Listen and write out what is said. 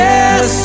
Yes